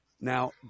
Now